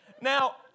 now